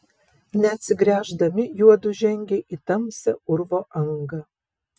neatsigręždami juodu žengė į tamsią urvo angą